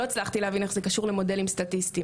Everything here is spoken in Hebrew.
לא הצלחתי להבין איך זה קשור למודלים סטטיסטיים.